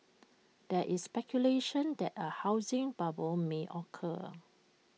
there is speculation that A housing bubble may occur